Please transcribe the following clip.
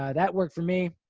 ah that worked for me.